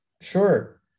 sure